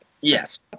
Yes